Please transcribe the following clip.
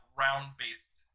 round-based